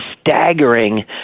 staggering